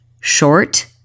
short